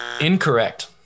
Incorrect